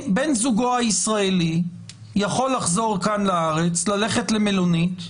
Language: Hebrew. בן זוגו הישראלי יכול לחזור לארץ, ללכת למלונית,